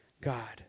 God